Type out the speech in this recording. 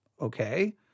okay